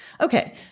Okay